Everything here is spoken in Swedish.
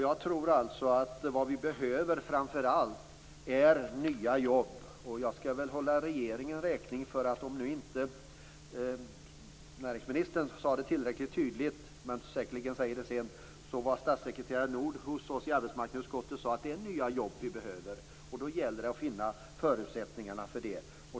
Jag tror att det som vi framför allt behöver är nya jobb. Näringsministern sade inte detta tillräckligt tydligt men kommer säkerligen senare att framhålla detta. När statssekreterare Nordh var hos oss i arbetsmarknadsutskottet sade han att det är nya jobb som vi behöver och att det gäller att finna förutsättningarna för det.